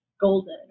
golden